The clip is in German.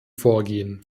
vorgehen